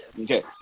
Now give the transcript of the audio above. okay